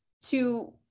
to-